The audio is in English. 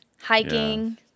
hiking